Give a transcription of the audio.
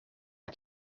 het